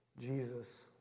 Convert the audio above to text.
Jesus